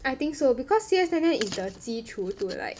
I think so because C_S ten ten is the 基础 to like